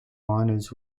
miners